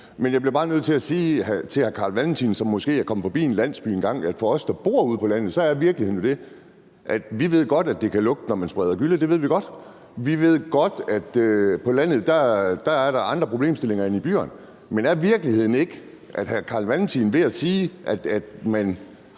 Men jeg bliver bare nødt til at sige til hr. Carl Valentin, som måske er kommet forbi en landsby engang, at for os, der bor ude på landet, er virkeligheden jo den, at vi godt ved, at det kan lugte, når man spreder gylle – det ved vi godt. Vi ved godt, at på landet er der andre problemstillinger end i byerne. Men er virkeligheden ikke den, at der ikke må være to